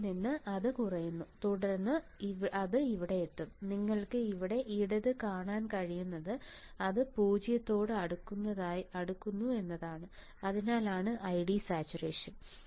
ഇവിടെ നിന്ന് അത് കുറയുന്നു തുടർന്ന് അത് ഇവിടെയെത്തും നിങ്ങൾക്ക് ഇവിടെ ഇടത് കാണാൻ കഴിയുന്നത് അത് 0 തോട് അടുക്കുന്നതായി തോന്നുന്നു അതിനാലാണ് ID സാച്ചുറേഷൻ